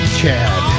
chad